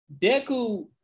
Deku